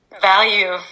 value